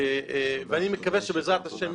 זה לא יכול להמשיך.